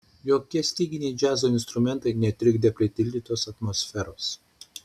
jokie styginiai džiazo instrumentai netrikdė pritildytos atmosferos